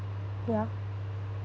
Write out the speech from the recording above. ya